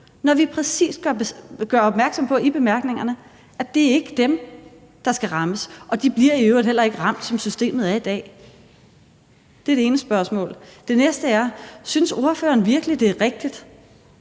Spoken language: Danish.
præcis gør opmærksom på, at det ikke er dem, der skal rammes? Og de bliver i øvrigt heller ikke ramt, sådan som systemet er i dag. Det var det ene spørgsmål. Det næste spørgsmål er: Synes ordføreren virkelig, at det er rigtigt